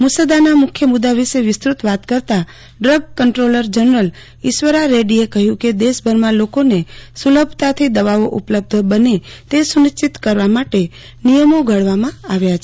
મુસદ્દના મુખ્ય મુદ્દા વિશે વિસ્તૃ ત વાત કરવા ડ્રગ કન્દ્રોલર જનરલ ઈશ્વરા રેડ્ડીએ કહ્યું હતું કે દેશભરમાં લોકોને સુ લભતાથી દવાઓ ઉપલબ્ધ બને તે સુ નિશ્ચિત કરવા માટે નિયમો ઘડવામાં આવ્યા છે